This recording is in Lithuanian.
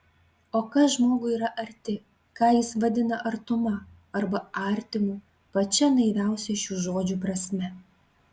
o kas žmogui yra arti ką jis vadina artuma arba artimu pačia naiviausia šių žodžių prasme